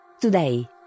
today